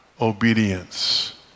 obedience